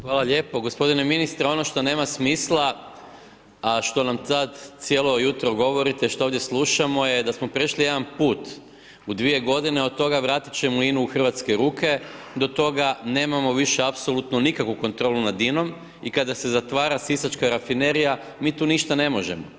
Hvala lijepo, gospodine ministre ono što nema smisla, a što nam sad cijelo jutro govorite, što ovdje slušamo je da smo prešli jedan put u dvije godine od toga vratit ćemo INU u hrvatske ruke do toga nemamo više apsolutno nikakvu kontrolu nad INOM i kada se zatvara Sisačka rafinerija mi tu ništa ne možemo.